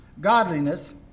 godliness